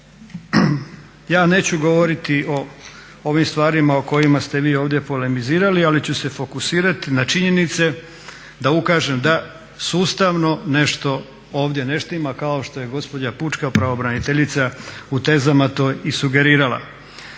Ja neću govoriti o ovim stvarima o kojima ste vi ovdje polemizirali ali ću se fokusirati na činjenice da ukažem da sustavno nešto ovdje ne štima kao što je gospođa pučka pravobraniteljica u tezama to i sugerirala.